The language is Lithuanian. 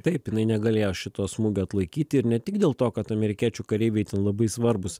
taip jinai negalėjo šito smūgio atlaikyti ir ne tik dėl to kad amerikiečių kareiviai labai svarbūs